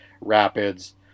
rapids